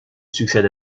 succède